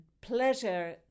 pleasure